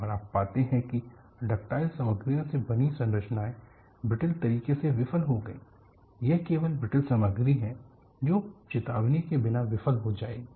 और आप पाते हैं कि डक्टाइल सामग्रियों से बनी संरचनाएं ब्रिटल तरीके से विफल हो गईं यह केवल ब्रिटल सामग्री है जो चेतावनी के बिना विफल हो जाएगी